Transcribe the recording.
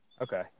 okay